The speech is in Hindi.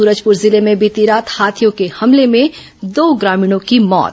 सुरजपुर जिले में बीती रात हाथियों के हमले में दो ग्रामीणों की मौत